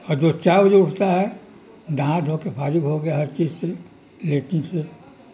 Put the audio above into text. اور جو چار بجے اٹھتا ہے نہا دھو کے فارغ ہو گیا ہر چیز سے لیٹن سے